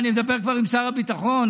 אני כבר מדבר עם שר הביטחון.